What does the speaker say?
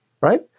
Right